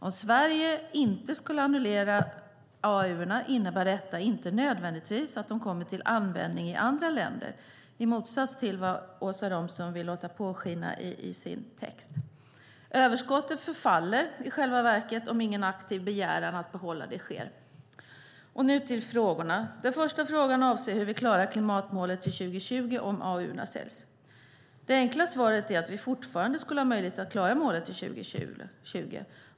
Om Sverige inte skulle annullera AAU:erna innebär detta inte nödvändigtvis att de kommer till användning i andra länder i motsats till vad Åsa Romson vill låta påskina. Överskottet förfaller i själva verket om ingen aktiv begäran att behålla det sker. Nu till frågorna. Den första frågan avser hur vi klarar klimatmålet till 2020 om AAU:erna säljs. Det enkla svaret är att vi fortfarande skulle ha möjligheter att klara målet till 2020.